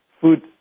food